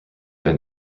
been